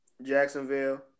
Jacksonville